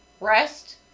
rest